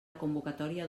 convocatòria